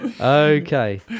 Okay